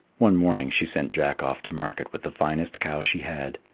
one morning she sent jack off to market with the finest cow she had.